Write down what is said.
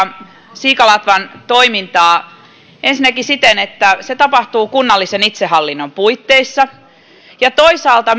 siikalatvan toimintaa ensinnäkin siten että se tapahtuu kunnallisen itsehallinnon puitteissa ja toisaalta